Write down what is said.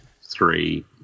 three